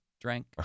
drank